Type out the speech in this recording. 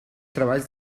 treballs